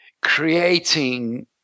creating